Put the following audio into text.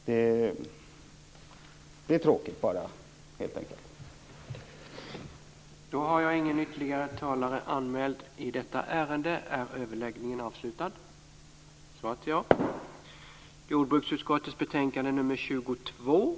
Det är tråkigt, helt enkelt.